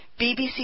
BBC